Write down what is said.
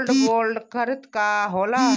Gold bond करतिं का होला?